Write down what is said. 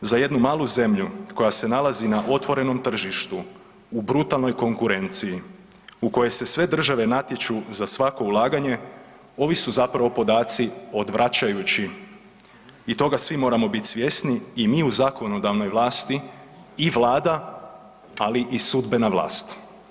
Za jednu malu zemlju koja se nalazi na otvorenom tržištu u brutalnoj konkurenciji u kojoj se sve države natječu za svako ulaganje ovi su zapravo podaci odvraćajući i toga svi moramo biti svjesni i mi u zakonodavnoj vlasti i Vlada, ali i sudbena vlast.